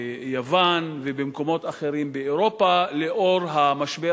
ביוון ובמקומות אחרים באירופה לאור המשבר